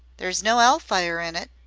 there's no ell fire in it.